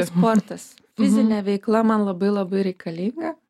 sportas fizinė veikla man labai labai reikalinga